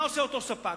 מה עושה אותו ספק?